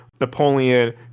Napoleon